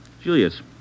Julius